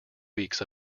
weeks